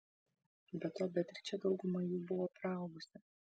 be to beatričė daugumą jų buvo praaugusi